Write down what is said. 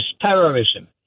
terrorism